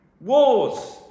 wars